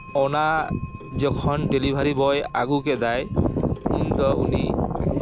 ᱚᱱᱟ ᱡᱚᱠᱷᱚᱱ ᱰᱮᱞᱤᱵᱷᱟᱨᱤ ᱵᱚᱭ ᱟᱹᱜᱩ ᱠᱮᱫᱟᱭ ᱩᱱ ᱫᱚ ᱩᱱᱤ